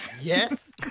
Yes